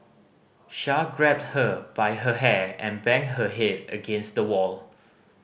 Char grabbed her by her hair and banged her head against the wall